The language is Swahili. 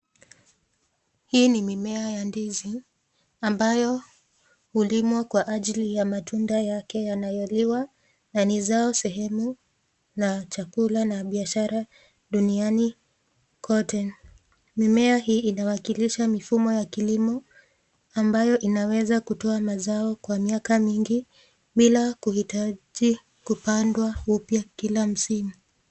Hii ni mimea ya ndizi ambayo hulimwa kwa ajili ya matunda yake yanayoliwa na ni zao sehemu la chakula na biashara duniani kote. Mimea hii inawakilisha mifumo ya kilimo ambayo inaweza kutoa mazao kwa miaka mingi bila kuhitaji kupandwa upya kila msimu.